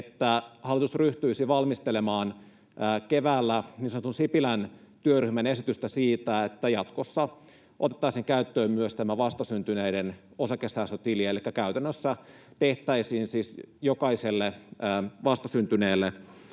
että hallitus ryhtyisi valmistelemaan keväällä niin sanotun Sipilän työryhmän esitystä siitä, että jatkossa otettaisiin käyttöön myös vastasyntyneiden osakesäästötili. Elikkä käytännössä tehtäisiin siis jokaiselle vastasyntyneelle